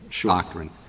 doctrine